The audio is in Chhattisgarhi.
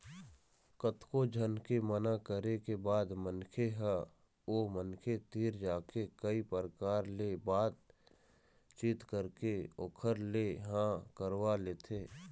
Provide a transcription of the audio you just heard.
कतको झन के मना करे के बाद मनखे ह ओ मनखे तीर जाके कई परकार ले बात चीत करके ओखर ले हाँ करवा लेथे